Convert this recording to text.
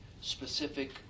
specific